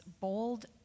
bold